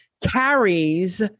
carries